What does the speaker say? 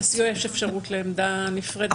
לסיוע המשפטי יש אפשרות לעמדה נפרדת.